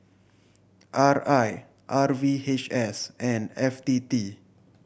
R I R V H S and F T T